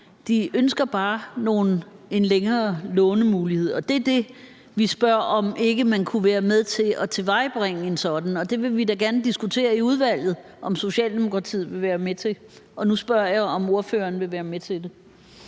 De ønsker bare en længere lånemulighed, og det er en sådan, vi spørger om om man ikke kunne være med til at tilvejebringe. Det vil vi da gerne diskutere i udvalget om Socialdemokratiet vil være med til, og nu spørger jeg, om ordføreren vil være med til det.